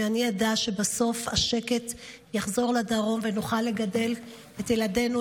אני אדע שבסוף השקט יחזור לדרום ונוכל לגדל את ילדינו,